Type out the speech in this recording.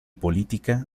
política